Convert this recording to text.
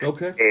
Okay